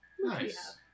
Nice